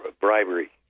Bribery